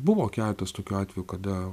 buvo keletas tokių atvejų kada